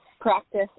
practice